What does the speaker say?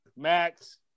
Max